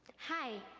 hi,